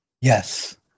Yes